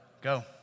Go